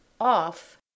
off